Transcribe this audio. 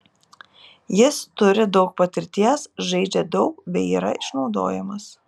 jis turi daug patirties žaidžia daug bei yra išnaudojamas